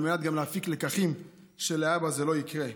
על מנת להפיק לקחים על מנת שלהבא זה לא יקרה.